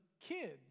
kids